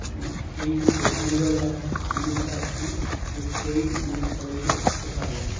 ऐं फी बि रिजनेबल आहे हिन हिसाब सां इअं टई मतलबु कॉलेज सुठा लॻा मांखे